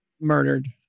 murdered